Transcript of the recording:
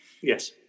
Yes